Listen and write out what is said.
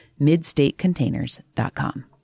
MidStateContainers.com